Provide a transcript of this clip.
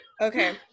okay